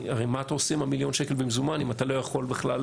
הרי מה אתה עושה עם מיליון שקל במזומן אם אתה לא יכול בכלל,